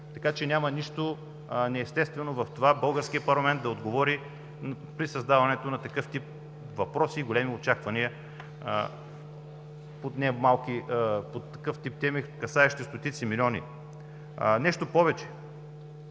Така че няма нищо неестествено в това българският парламент да отговори при създаването на такъв тип въпроси и големи очаквания по такъв тип теми, касаещи стотици милиони. Нещо повече.